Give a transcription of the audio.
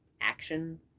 Action